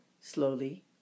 slowly